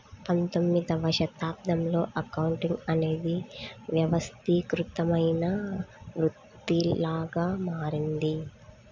పంతొమ్మిదవ శతాబ్దంలో అకౌంటింగ్ అనేది వ్యవస్థీకృతమైన వృత్తిలాగా మారింది